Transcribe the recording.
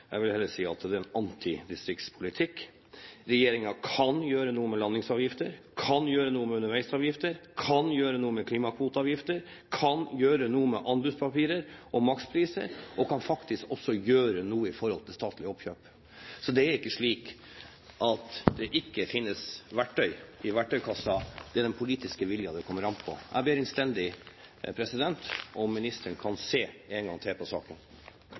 Jeg vil heller si at det er en antidistriktspolitikk. Regjeringen kan gjøre noe med landingsavgifter, kan gjøre noe med underveisavgifter, kan gjøre noe med klimakvoteavgifter, kan gjøre noe med anbudspapirer og makspriser – og kan også gjøre noe når det gjelder statlige oppkjøp. Det er ikke slik at det ikke finnes verktøy i verktøykassen. Det er den politiske viljen det kommer an på. Jeg ber ministeren innstendig om å se på saken en gang til.